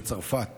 בצרפת